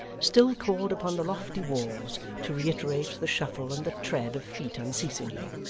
still called upon the lofty walls to reiterate the shuffle and the tread of feet unceasingly,